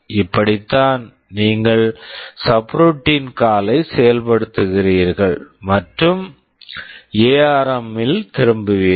இப்படித்தான் நீங்கள் subroutine call subroutine call ஐ செயல்படுத்துகிறீர்கள் மற்றும் எஆர்எம் ARM இல் திரும்புவீர்கள்